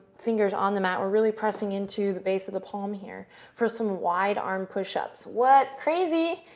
finger on the mat. we're really pressing into the base of the palm here for some wide armed push-ups. what? crazy!